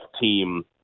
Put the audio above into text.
team